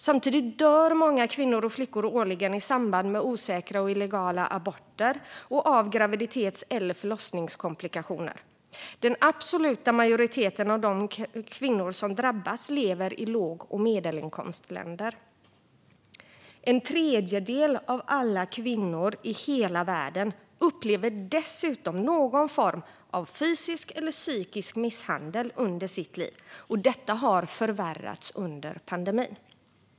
Samtidigt dör många kvinnor och flickor årligen i samband med osäkra och illegala aborter och av graviditets eller förlossningskomplikationer. Den absoluta majoriteten av de kvinnor som drabbas lever i låg och medelinkomstländer. En tredjedel av alla kvinnor i hela världen upplever dessutom någon form av fysisk eller psykisk misshandel under sitt liv. Detta har förvärrats under pandemin.